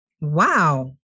Wow